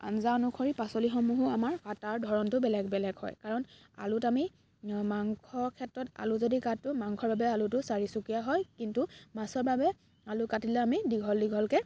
আঞ্জা অনুসৰি পাচলিসমূহো আমাৰ কটাৰ ধৰণটো বেলেগ বেলেগ হয় কাৰণ আলুত আমি মাংস ক্ষেত্ৰত আলু কাটোঁ মাংসৰ বাবে আলুটো চাৰিচুকীয়া হয় কিন্তু মাছৰ বাবে আলু কাটিলে আমি দীঘল দীঘলকৈ